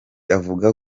avuga